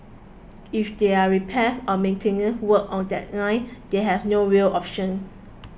if there are repairs or maintenance work on that line they have no rail option